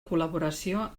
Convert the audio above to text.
col·laboració